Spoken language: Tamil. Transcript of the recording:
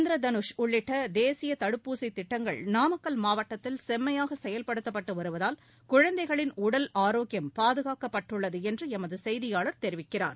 இந்திர தனுஷ் உள்ளிட்ட தேசிய தடுப்பூசித் திடடங்கள் நாமக்கல் மாவட்டத்தில் செம்மையாக செயல்படுத்தப்பட்டு வருவதால் குழந்தைகளின் உடல் ஆரோக்கியம் பாதுகாக்கப்பட்டுள்ளது என்று எமது செய்தியாளர் தெரிவிக்கிறார்